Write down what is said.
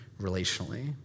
relationally